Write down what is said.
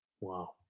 Wow